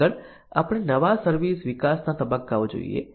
આગળ આપણે નવા સર્વિસ વિકાસના તબક્કાઓ જોઈએ